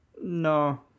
No